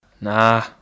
Nah